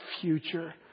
future